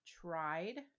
tried